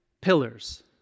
pillars